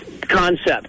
concept